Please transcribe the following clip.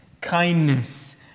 kindness